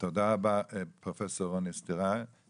תודה רבה, פרופ' רוני סטריאר.